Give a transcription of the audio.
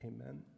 Amen